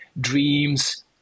dreams